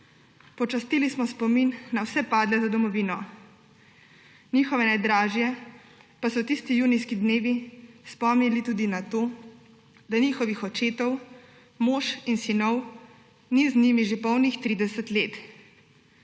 Počastili smo spomin na vse padle z domovino, njihove najdražje pa so tisti junijski dnevni spomnili tudi na to, da njihovih očetov, mož in sinov ni z njimi že polnih 30 let.